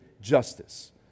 justice